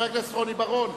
חבר הכנסת רוני בר-און,